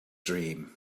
dream